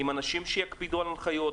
עם אנשים שיקפידו על הנחיות,